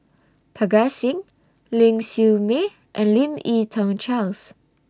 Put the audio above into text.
Parga Singh Ling Siew May and Lim Yi Tong Charles